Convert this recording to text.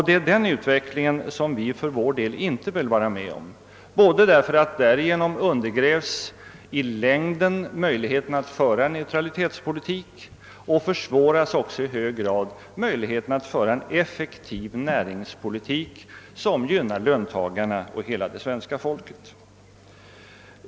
Det är denna utveckling vi för vår del inte vill vara med om, därför att därigenom undergrävs i längden både möjligheterna att föra en neutralitetspolitik och möjligheterna att föra en effektiv näringspolitik, som gynnar löntagarna och hela det svenska folket.